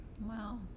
Wow